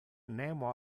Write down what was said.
nemo